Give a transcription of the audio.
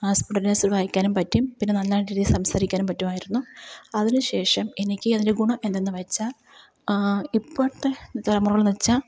ആസ്പുട്നിസിൽ വായിക്കാനും പറ്റും പിന്നെ നന്നായിട്ട് എനിക്ക് സംസാരിക്കാനും പറ്റുമായിരുന്നു അതിനു ശേഷം എനിക്ക് അതിന്റെ ഗുണം എന്തെന്നു വെച്ചാൽ ഇപ്പോഴത്തെ തലമുറകൾ വെച്ചാൽ